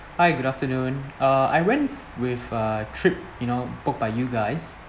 hi good afternoon uh I went with a trip you know booked by you guys